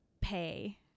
pay